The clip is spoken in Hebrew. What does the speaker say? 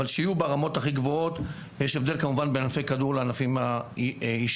ויש גם הבדל בין ענפי כדור לענפים אישיים.